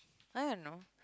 I don't know